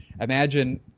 imagine